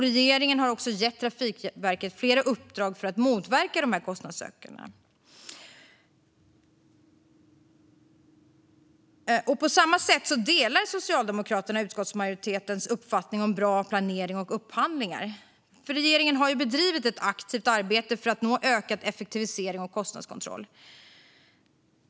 Regeringen har också gett Trafikverket flera uppdrag för att motverka kostnadsökningarna. På samma sätt delar Socialdemokraterna utskottsmajoritetens uppfattning om bra planering och upphandlingar. Regeringen har bedrivit ett aktivt arbete för att nå ökad effektivisering och kostnadskontroll.